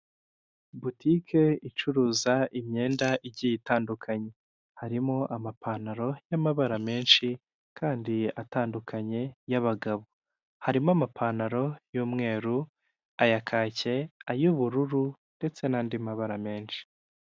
Butike icuruza imyenda igiye itandukanye, harimo amapantalo y'amabara menshi kandi atandukanye y'abagabo. Harimo amapantalo y'umweru, aya kake, ay'ubururu ndetse n'andi mabara menshi.